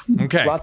Okay